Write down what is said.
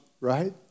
right